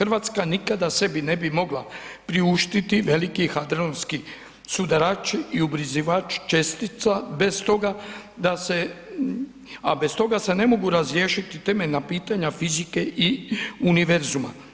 RH nikada sebi ne bi mogla priuštiti veliki … [[Govornik se ne razumije]] sudarač i ubrizivač čestica bez toga da se, a bez toga se ne mogu razriješiti temeljna pitanja fizike i univerzuma.